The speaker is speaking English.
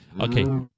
Okay